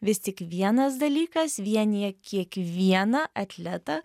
vis tik vienas dalykas vienija kiekvieną atletą